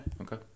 Okay